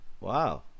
Wow